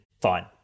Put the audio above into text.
fine